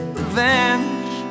revenge